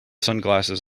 sunglasses